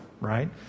right